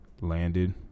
Landed